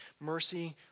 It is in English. Mercy